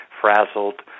frazzled